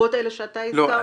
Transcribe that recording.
לרבות אלה שאתה הזכרת?